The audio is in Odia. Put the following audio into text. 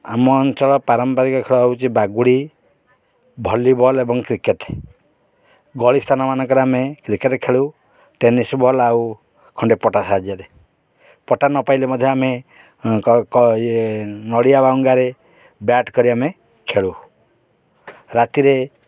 ଆମ ଅଞ୍ଚଳ ପାରମ୍ପାରିକ ଖେଳ ହେଉଛି ବାଗୁଡ଼ି ଭଲି ବଲ୍ ଏବଂ କ୍ରିକେଟ୍ ଗଳି ସ୍ଥାନ ମାନଙ୍କରେ ଆମେ କ୍ରିକେଟ୍ ଖେଳୁ ଟେନିସ୍ ବଲ୍ ଆଉ ଖଣ୍ଡେ ପଟା ସାହାଯ୍ୟରେ ପଟା ନ ପାଇଲେ ମଧ୍ୟ ଆମେ ନଡ଼ିଆ ବାହୁଙ୍ଗାରେ ବ୍ୟାଟ୍ କରି ଆମେ ଖେଳୁ ରାତିରେ